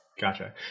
Gotcha